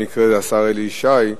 במקרה השר אלי ישי,